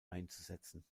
einzusetzen